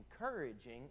encouraging